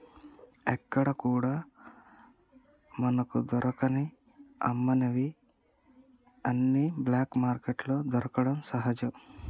ఎక్కడా కూడా మనకు దొరకని అమ్మనివి అన్ని బ్లాక్ మార్కెట్లో దొరకడం సహజం